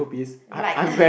like